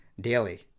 daily